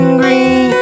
green